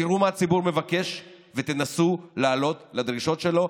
תראו מה הציבור מבקש ותנסו לענות לדרישות שלו,